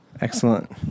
Excellent